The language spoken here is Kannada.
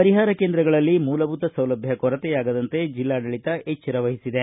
ಪರಿಹಾರ ಕೇಂದ್ರಗಳಲ್ಲಿ ಮೂಲಭೂತ ಸೌಲಭ್ಯ ಕೊರತೆಯಾಗದಂತೆ ಜಿಲ್ಲಾಡಳಿತ ಎಚ್ವರ ವಹಿಸಿದೆ